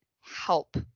help